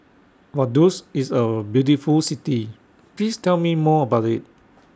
Vaduz IS A very beautiful City Please Tell Me More about IT